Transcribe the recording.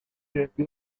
peter